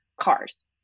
cars